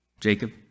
Jacob